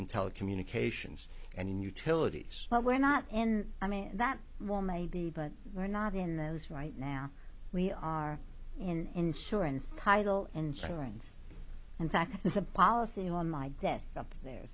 in telecommunications and utilities but we're not in i mean that one maybe but we're not in those right now we are in insurance title insurance in fact is a policy on my desk up there